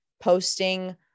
posting